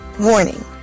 Warning